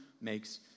makes